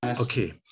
Okay